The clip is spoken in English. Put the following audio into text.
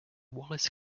wallace